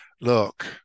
look